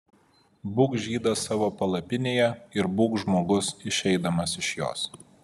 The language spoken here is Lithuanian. būk žydas savo palapinėje ir būk žmogus išeidamas iš jos